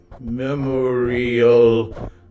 memorial